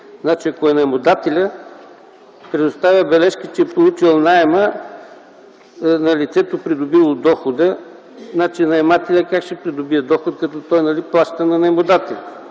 Ако е наемодателят, предоставя бележка, че е получил наема на лицето, придобило дохода. Наемателят как ще придобие доход, като той плаща на наемодателя?